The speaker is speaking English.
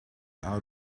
out